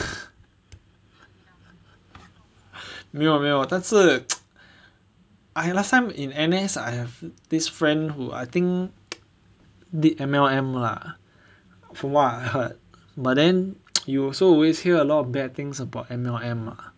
没有没有但是 I last time in N_S I have this friend who I think did M_L_M lah from what I heard but then you also always hear a lot of bad things about M_L_M ah